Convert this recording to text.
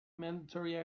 mandatory